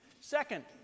Second